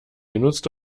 genutzt